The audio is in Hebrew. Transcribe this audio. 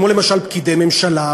כמו למשל פקידי ממשלה,